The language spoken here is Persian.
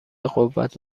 قوت